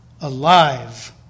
alive